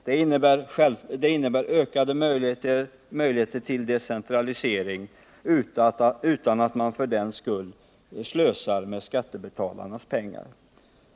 Det innebär ökade möjligheter till decentralisering utan att man för den skull slösar med skattebetalarnas pengar.